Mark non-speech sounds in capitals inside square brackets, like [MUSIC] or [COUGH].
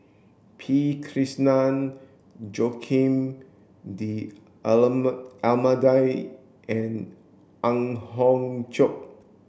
P Krishnan Joaquim D [UNINTELLIGIBLE] Almeida and Ang Hiong Chiok